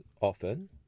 often